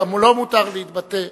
גם לו מותר להתבטא.